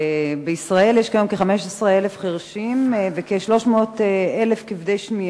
בישראל יש כ-15,000 חירשים וכ-300,000 כבדי שמיעה.